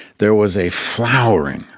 there was a flowering,